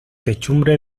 techumbre